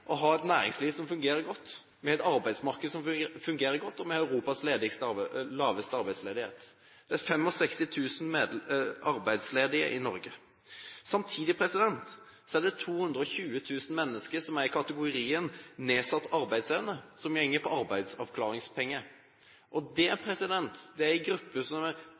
et næringsliv som fungerer godt, med et arbeidsmarked som fungerer godt, og med Europas laveste arbeidsledighet. Det er 65 000 arbeidsledige i Norge. Samtidig er det 220 000 mennesker som er i kategorien «nedsatt arbeidsevne», som går på arbeidsavklaringspenger. Og det er en gruppe som jeg mener at Stortinget og regjeringen må være mye mer opptatt av, for i denne gruppen er